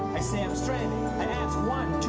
i say, i'm stranded. i ask one, two,